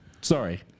Sorry